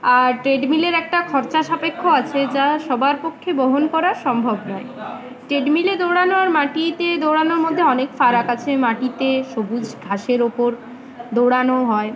আর ট্রেডমিলের একটা খরচা সাপেক্ষ আছে যা সবার পক্ষে বহন করা সম্ভব নয় ট্রেডমিলে দৌড়ানো আর মাটিতে দৌড়ানোর মধ্যে অনেক ফারাক আছে মাটিতে সবুজ ঘাসের ওপর দৌড়ানো হয়